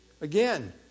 Again